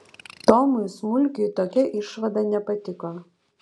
tomui smulkiui tokia išvada nepatiko